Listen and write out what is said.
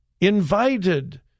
invited